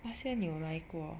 那些你有来过